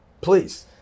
please